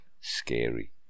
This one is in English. scary